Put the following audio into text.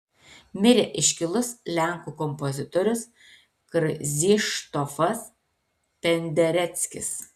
mirė iškilus lenkų kompozitorius krzyštofas pendereckis